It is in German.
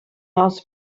aus